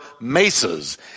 mesas